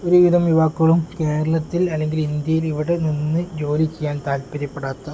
ഒരുവിധം യുവാക്കളും കേരളത്തിൽ അല്ലെങ്കിൽ ഇന്ത്യയിൽ ഇവിടെ നിന്ന് ജോലി ചെയ്യാൻ താൽപര്യപ്പെടാത്ത